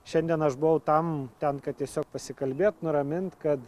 šiandien aš buvau tam ten kad tiesiog pasikalbėt nuramint kad